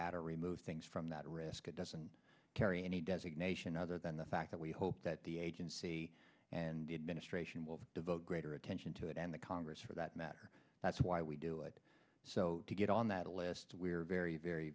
add or remove things from that risk it doesn't carry any designation other than the fact that we hope that the agency and the administration will devote greater attention to it and the congress for that matter that's why we do it so to get on that list we're very very